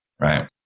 Right